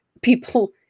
people